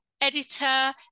editor